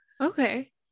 Okay